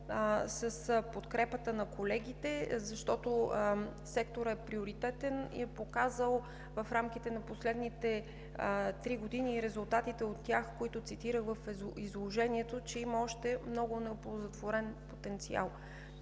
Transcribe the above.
с подкрепата на колегите, защото секторът е приоритетен и е показал в рамките на последните три години и резултатите от тях, които цитирах в изложението, че има още много неоползотворен потенциал.